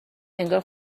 انگار